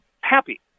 Happy